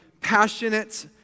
passionate